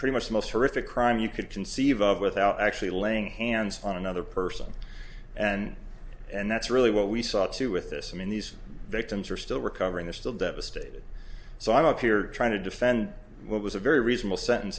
pretty much the most horrific crime you could conceive of without actually laying hands on another person and and that's really what we saw too with this i mean these victims are still recovering they're still devastated so i'm up here trying to defend what was a very reasonable sentence